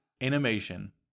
animation